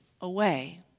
away